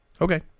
Okay